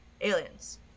aliens